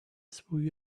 through